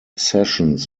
sessions